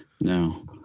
no